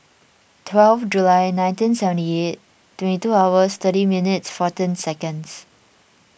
twelve July nineteen seventy eight twenty two hours thirty minutes fourteen seconds